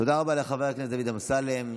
תודה רבה לחבר הכנסת דוד אמסלם.